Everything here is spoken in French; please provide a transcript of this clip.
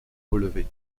relevé